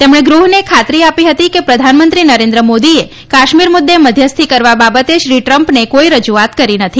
તેમણે ગૃહને ખાતરી આપી હતી કે પ્રધાનમંત્રી નરેન્દ્ર મોદીએ કાશ્મીર મુદ્દે મધ્યસ્થી કરવા બાબતે શ્રી ટ્રમ્પને કોઇ રજુઆત કરી નથી